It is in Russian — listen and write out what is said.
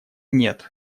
нет